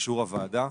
לאישור הוועדה.